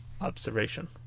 observation